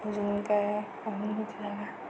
अजून काय